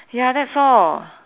ya that's all